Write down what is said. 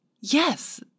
Yes